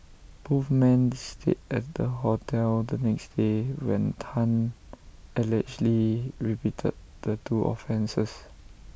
both men stayed at the hotel the next day when Tan allegedly repeated the two offences